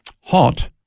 hot